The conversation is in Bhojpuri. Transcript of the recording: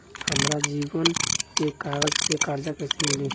हमरा जमीन के कागज से कर्जा कैसे मिली?